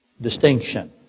distinction